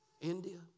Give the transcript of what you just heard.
India